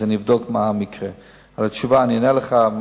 אבל תשובה אתן לך,